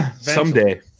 Someday